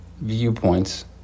viewpoints